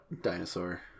dinosaur